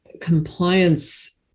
compliance